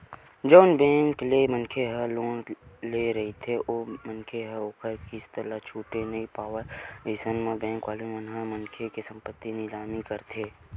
जउन बेंक ले मनखे ह लोन ले रहिथे ओ मनखे ह ओखर किस्ती ल छूटे नइ पावय अइसन म बेंक वाले मन ह मनखे के संपत्ति निलामी करथे